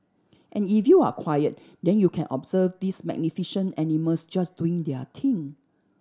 and if you're quiet then you can observe these magnificent animals just doing their thing